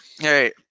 Hey